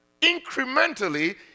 incrementally